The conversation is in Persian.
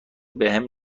بهم